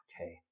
okay